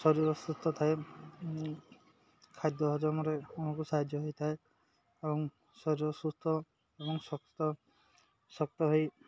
ଶରୀର ସୁସ୍ଥ ଥାଏ ଖାଦ୍ୟ ହଜମରେ ଆମକୁ ସାହାଯ୍ୟ ହେଇଥାଏ ଏବଂ ଶରୀର ସୁସ୍ଥ ଏବଂ ଶକ୍ତ ଶକ୍ତ ହେଇ